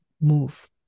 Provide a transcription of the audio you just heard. move